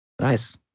Nice